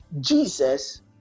Jesus